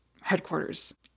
headquarters